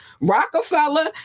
rockefeller